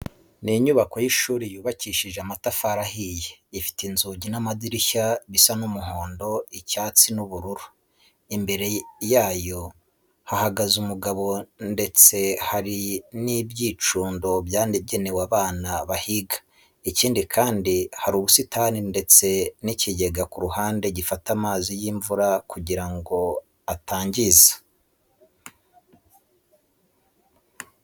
Ni inyubako y'ishuri yubakishijwe amatafari ahiye, ifite inzugi n'amadirishya bisa umuhondo, icyatsi n'ubururu. Imbere yaro hahagaze umugabo ndetse hari n'ibyicundo byagenewe abana bahiga. Ikindi kandi, hari ubusitani ndetse n'ikigega ku ruhande gifata amazi y'imvura kugira ngo atangiza.